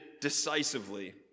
decisively